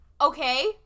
Okay